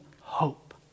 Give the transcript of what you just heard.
hope